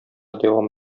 дәвам